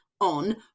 on